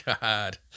God